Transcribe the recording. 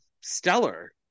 stellar